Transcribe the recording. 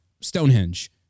Stonehenge